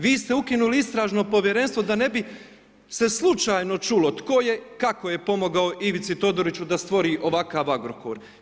Vi ste ukinuli Istražno povjerenstvo da ne bi se slučajno čulo tko je, kako je pomogao Ivici Todoriću da stvori ovakav Agrokor.